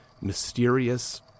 mysterious